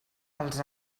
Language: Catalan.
als